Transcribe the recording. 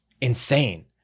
insane